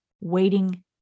waiting